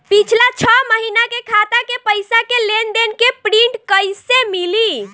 पिछला छह महीना के खाता के पइसा के लेन देन के प्रींट कइसे मिली?